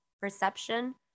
perception